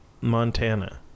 Montana